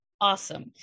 Awesome